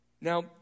Now